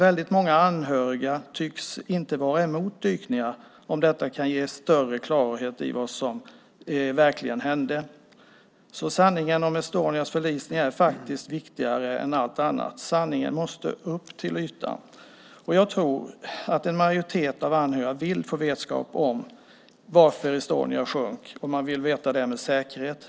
Väldigt många anhöriga tycks inte vara emot dykningar om de kan ge större klarhet i vad som verkligen hände. Sanningen om Estonias förlisning är faktiskt viktigare än allt annat. Sanningen måste upp till ytan. Jag tror att en majoritet av de anhöriga vill få vetskap om varför Estonia sjönk. Man vill veta det med säkerhet.